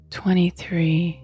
twenty-three